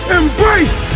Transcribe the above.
Embrace